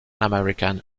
american